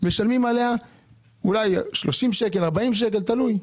משלמים עליה אולי 30 שקלים, 40 שקלים, תלוי.